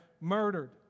murdered